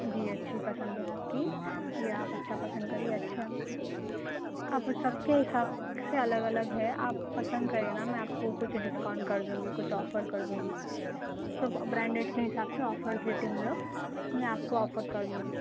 جی اچھی پسند ہے آپ کی یہ آپ اچھا پسند کرے اچھا اب سب کے حساب سے الگ الگ ہے آپ پسند کریں نا میں آپ کو کچھ ڈسکاؤنٹ کر دوں گی کچھ آفر کر دوں گی تو برانڈیڈ کے حساب سے آفرس دیتے ہم لوگ میں آپ کو آفر کر دوں گی